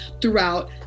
throughout